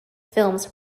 films